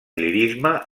lirisme